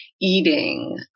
eating